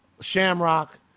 Shamrock